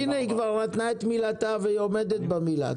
הנה, היא כבר נתנה את מילתה והיא עומדת במילה.